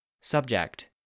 Subject